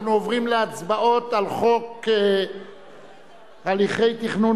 אנחנו עוברים להצבעות על חוק הליכי תכנון